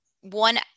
one